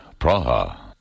Praha